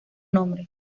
nombre